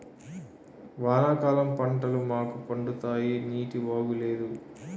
వానాకాలం పంటలు మాకు పండుతాయి నీటివాగు లేదు